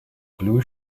blue